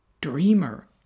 dreamer